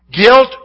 Guilt